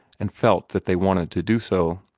and felt that they wanted to do so.